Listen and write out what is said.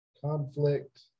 Conflict